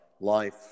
life